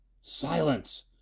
silence